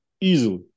easily